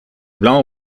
blanc